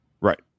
right